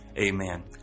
Amen